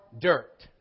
dirt